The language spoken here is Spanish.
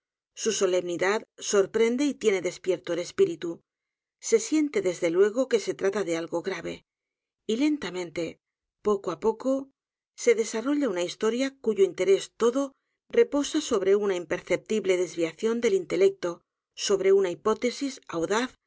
su solemnidad sorprende y tiene despierto el espíritu se siente desde luego que se trata de algo grave y lentamente poco á poco se desarrolla una historia cuyo interés todo reposa sobre una imperceptible desviación del intelecto sobre una hipótesis audaz